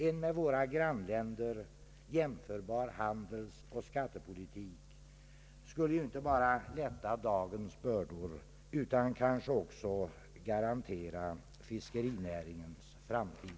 En med våra grannländers handelsoch skattepolitik jämförbar politik skulle inte bara lätta dagens bördor utan kanske också garantera fiskerinäringens framtid.